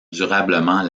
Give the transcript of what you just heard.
durablement